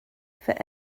for